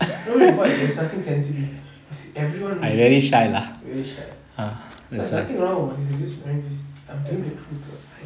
don't report it's nothing sensitive is everyone very shy there's nothing wrong about this it is what it is I'm doing the cool talk